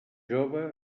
jove